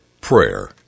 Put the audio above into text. Prayer